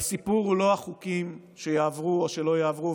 והסיפור הוא לא החוקים שיעברו או שלא יעברו,